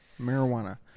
Marijuana